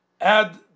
add